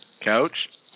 couch